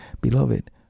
beloved